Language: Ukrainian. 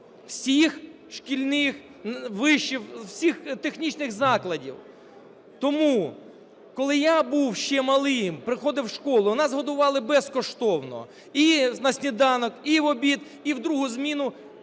всіх шкільних, вишів... всіх технічних закладів. Тому, коли я був ще малим, приходив в школу, нас годували безкоштовно і на сніданок, і в обід, і в другу зміну